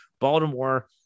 Baltimore